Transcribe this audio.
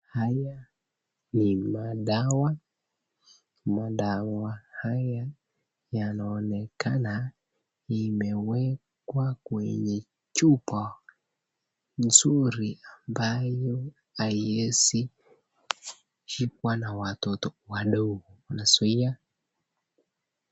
Haya ni madawa, madawa haya yanaonekana imewekwa kwenye chupa mzuri ambaye haiwezi shikwa na watoto wadogo inazuia.